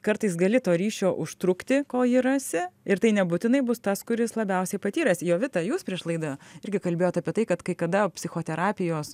kartais gali to ryšio užtrukti kol jį rasi ir tai nebūtinai bus tas kuris labiausiai patyręs jovita jūs prieš laidą irgi kalbėjot apie tai kad kai kada psichoterapijos